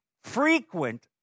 Frequent